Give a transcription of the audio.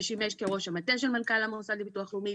ששימש כראש המטה של מנכ"ל המוסד לביטוח לאומי.